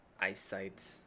Eyesight